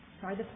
Sorry